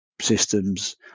systems